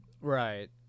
Right